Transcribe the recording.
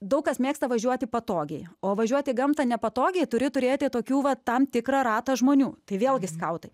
daug kas mėgsta važiuoti patogiai o važiuot į gamtą nepatogiai turi turėti tokių va tam tikrą ratą žmonių tai vėlgi skautai